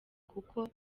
kuko